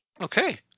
Okay